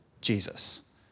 Jesus